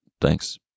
thanks